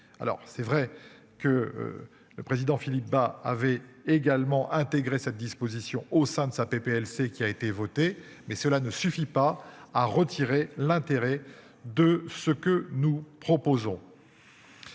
c'est vrai que. Le président Philippe Bas avait également intégrer cette disposition au sein de sa PLC qui a été votée mais cela ne suffit pas à retirer l'intérêt de ce que nous proposons.